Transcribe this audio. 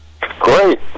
Great